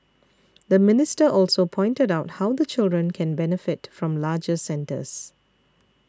the minister also pointed out how the children can benefit from larger centres